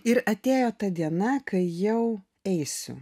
ir atėjo ta diena kai jau eisiu